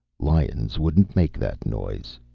lions wouldn't make that noise,